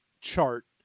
chart